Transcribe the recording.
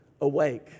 awake